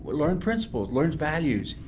but learn principles, learn values,